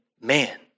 man